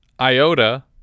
Iota